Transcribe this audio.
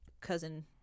cousin